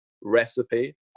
recipe